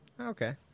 okay